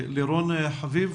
לירון חביב,